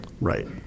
Right